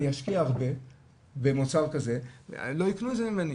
אני אשקיע הרבה במוצר כזה ולא יקנו את זה ממני.